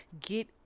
get